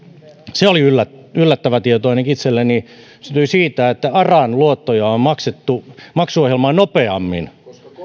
se oli yllättävä tieto ainakin itselleni kuusisataa miljoonaa euroa syntyi siitä että aran luottoja on maksettu maksuohjelmaa nopeammin